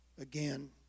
again